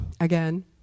again